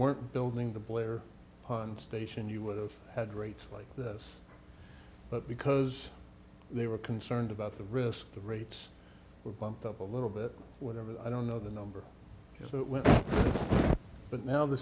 weren't building the boiler on station you would have had rates like this but because they were concerned about the risk the rates were bumped up a little bit whatever i don't know the number